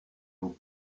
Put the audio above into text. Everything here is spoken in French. aux